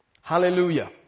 Hallelujah